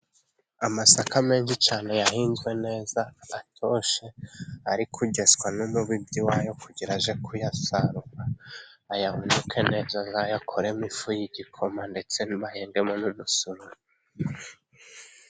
Amasaka menshi cyane yahinzwe neza atoshye, ari kugeswa n'umubibyi wayo kugira ajye kuyasarura, ayahunike neza azayakoremo ifu y'igikoma, ndetse n'umusururu.